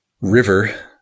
river